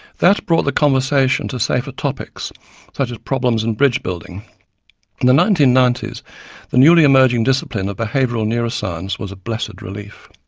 that brought the conversation to safer topics such as problems in bridge building. in the nineteen ninety s the newly emerging discipline of behavioural neuroscience was a blessed relief.